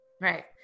Right